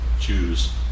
choose